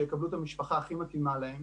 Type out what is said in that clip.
שיקבלו את המשפחה הכי מתאימה להם